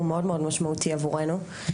הוא מאוד משמעותי עבורנו.